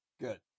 Good